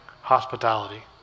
hospitality